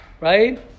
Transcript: right